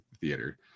theater